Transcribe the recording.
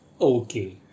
Okay